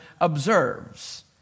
observes